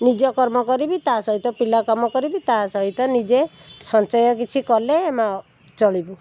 ନିଜ କର୍ମ କରିବି ତା'ସହିତ ପିଲା କାମ କରିବି ତା'ସହିତ ନିଜେ ସଞ୍ଚୟ କିଛି କଲେ ଆ ମେ ଚଳିବୁ